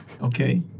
Okay